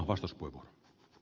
arvoisa puhemies